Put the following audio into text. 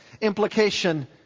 implication